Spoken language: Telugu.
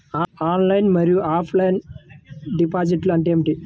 ఆన్లైన్ మరియు ఆఫ్లైన్ డిపాజిట్ అంటే ఏమిటి?